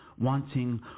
wanting